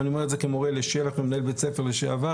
אני אומר את זה כמורה לשל"ח ומנהל בית ספר לשעבר.